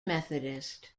methodist